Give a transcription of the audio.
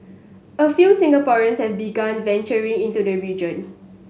a few Singaporeans have begun venturing into the region